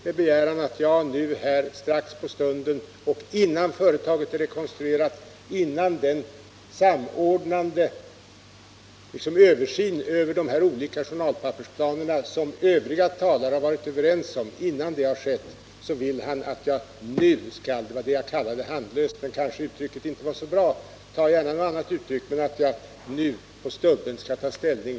Han begär att jag nu på stunden, innan företaget är rekonstruerat och innan det har gjorts den samordnande översyn av de olika journalpappersplanerna som övriga talare har varit överens om, skall ta ställning. Det var om detta som jag använde ordet handlöst, men det kanske inte var så väl valt.